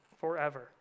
forever